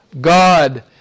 God